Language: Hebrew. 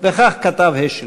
וכך כתב השל: